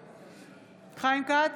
בעד חיים כץ,